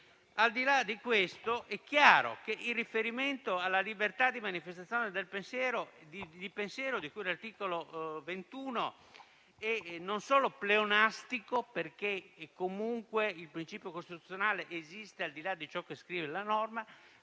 Al di là di questo, è chiaro che il riferimento alla libertà di manifestazione del pensiero, di cui all'articolo 21 della Costituzione, non solo è pleonastico, perché comunque il principio costituzionale esiste al di là di ciò che scrive la norma,